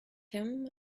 him